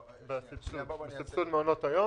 לא, בסבסוד מעונות היום.